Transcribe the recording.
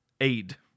aid